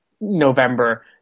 november